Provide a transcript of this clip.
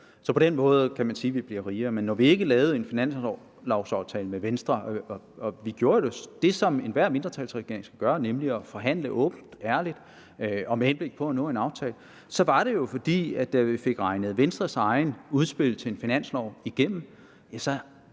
Så på den måde kan man sige at vi bliver rigere. Vi lavede ikke en finanslovaftale med Venstre, men vi gjorde det, som enhver mindretalsregering skal gøre, nemlig at forhandle åbent og ærligt med henblik på at nå frem til en aftale, og da vi fik regnet Venstres eget udspil til en finanslov igennem,